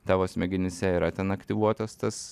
tavo smegenyse yra ten aktyvuotas tas